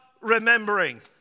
remembering